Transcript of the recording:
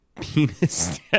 Penis